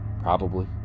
Probably